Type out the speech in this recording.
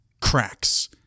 cracks